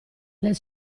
del